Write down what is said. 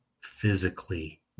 physically